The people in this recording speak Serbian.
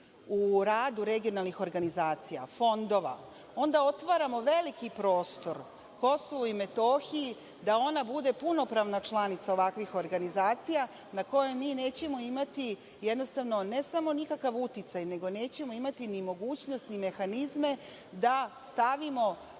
u radu regionalnih organizacija, fondova, onda otvaramo veliki prostor Kosovu i Metohiji da bude punopravna članica ovakvih organizacija na kojoj mi nećemo imati jednostavno ne samo nikakav uticaj, nego nećemo imati ni mogućnost ni mehanizme da stavimo